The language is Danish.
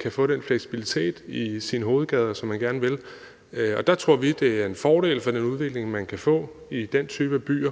kan få den fleksibilitet i sin hovedgade, som man gerne vil, og der tror vi, det er en fordel for den udvikling, man kan få i den type af byer,